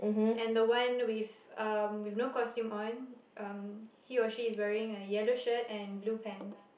and the one with um with no costume on um he or she is wearing a yellow shirt and blue pants